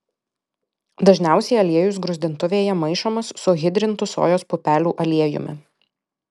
dažniausiai aliejus gruzdintuvėje maišomas su hidrintu sojos pupelių aliejumi